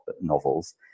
novels